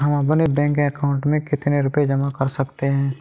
हम अपने bank account में कितने रुपये जमा कर सकते हैं?